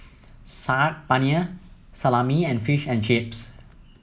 Saag Paneer Salami and Fish and Chips